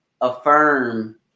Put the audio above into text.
affirm